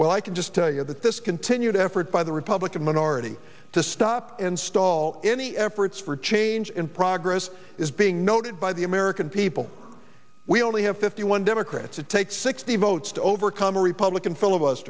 well i can just tell you that this continued effort by the republican minority to stop install any efforts for change in progress is being noted by the american people we only have fifty one democrats it takes sixty votes to overcome a republican f